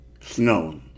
snow